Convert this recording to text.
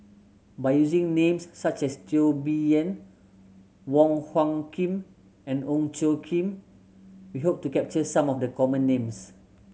by using names such as Teo Bee Yen Wong Hung Khim and Ong Tjoe Kim we hope to capture some of the common names